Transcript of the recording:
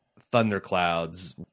thunderclouds